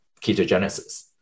ketogenesis